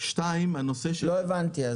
שתיים --- לא הבנתי.